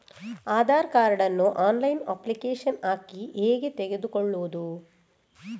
Aadhaar card ನ್ನು online application ಹಾಕಿ ಹೇಗೆ ತೆಗೆದುಕೊಳ್ಳುವುದು?